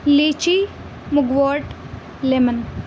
lychee maggot lemon